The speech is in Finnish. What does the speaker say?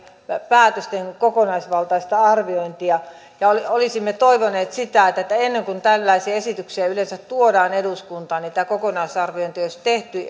päätösten kokonaisvaltaista arviointia olisimme toivoneet sitä että ennen kuin tällaisia esityksiä yleensä tuodaan eduskuntaan niin kokonaisarviointi olisi tehty